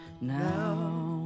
now